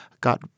Got